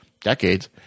decades